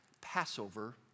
passover